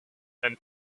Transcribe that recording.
and